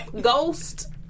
Ghost